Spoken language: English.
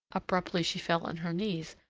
abruptly she fell on her knees,